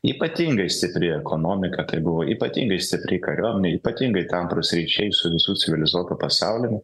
ypatingai stipri ekonomika tai buvo ypatingai stipri kariuomenė ypatingai tamprūs ryšiai su visu civilizuotu pasauliumi